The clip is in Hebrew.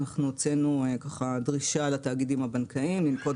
הוצאנו דרישה לתאגידים הבנקאיים לנקוט